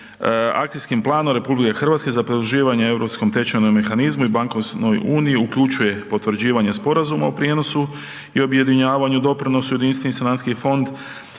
Akcijskim planom RH za produživanje europskom tečajnom mehanizmu i bankovnoj uniji, uključuje potvrđivanje sporazuma o prijenosu i objedinjavanje doprinosu jedinstveni sanacijski fond